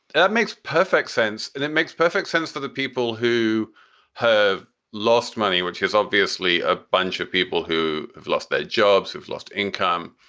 and it makes perfect sense and it makes perfect sense to the people who have lost money, which is obviously a bunch of people who have lost their jobs, who've lost income.